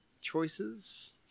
choices